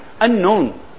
unknown